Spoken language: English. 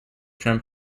trim